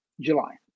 July